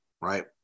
right